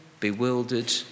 bewildered